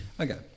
Okay